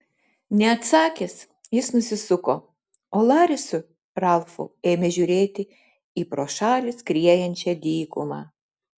neatsakęs jis nusisuko o laris su ralfu ėmė žiūrėti į pro šalį skriejančią dykumą